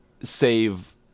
save